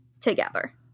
together